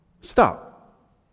Stop